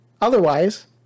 otherwise